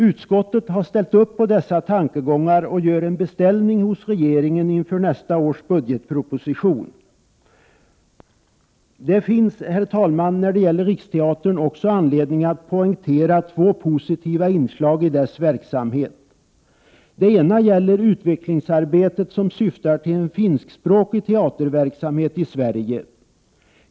Utskottet har ställt sig bakom dessa tankegångar och gör en beställning hos regeringen inför nästa års budgetproposition. Det finns, herr talman, när det gäller Riksteatern anledning att poängtera två positiva inslag i dess verksamhet. Det ena gäller det utvecklingsarbete som syftar till en finskspråkig teaterverksamhet i Sverige.